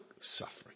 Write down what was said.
suffering